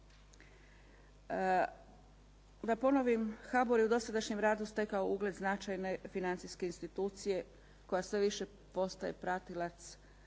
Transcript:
Da ponovim HBOR je u dosadašnjem radu stekao ugled značajne financijske institucije koja sve više postaje pratilac